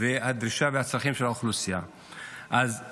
ועל הדרישה והצרכים של האוכלוסייה בשביל